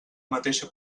mateixa